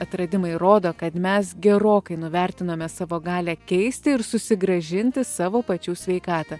atradimai rodo kad mes gerokai nuvertiname savo galią keisti ir susigrąžinti savo pačių sveikatą